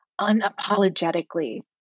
unapologetically